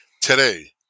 Today